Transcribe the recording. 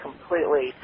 Completely